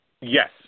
Yes